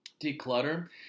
declutter